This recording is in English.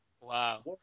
Wow